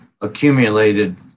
accumulated